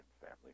family